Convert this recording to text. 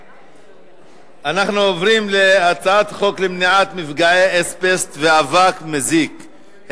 אנחנו עוברים להצעת חוק למניעת מפגעי אסבסט ואבק מזיק,